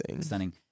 stunning